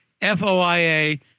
F-O-I-A